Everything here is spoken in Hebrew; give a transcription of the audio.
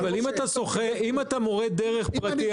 אם אתה מורה דרך פרטי,